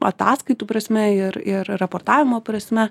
ataskaitų prasme ir ir raportavimo prasme